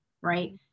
right